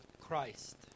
Christ